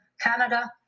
Canada